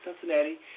Cincinnati